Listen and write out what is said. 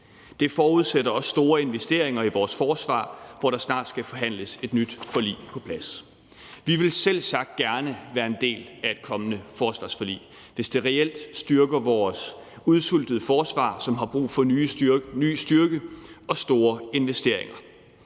Det forudsætter også store investeringer i vores forsvar, hvor der snart skal forhandles et nyt forlig på plads. Vi vil selvsagt gerne være en del af et kommende forsvarsforlig, hvis det reelt styrker vores udsultede forsvar, som har brug for ny styrke og store investeringer.